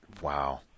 Wow